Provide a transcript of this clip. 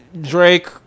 Drake